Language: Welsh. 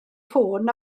ffôn